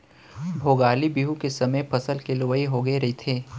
भोगाली बिहू के समे फसल के लुवई होगे रहिथे